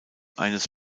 eines